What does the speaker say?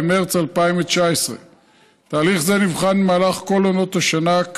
במרס 2019. תהליך זה נבחן במהלך כל עונות השנה,